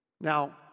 Now